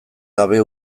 gabe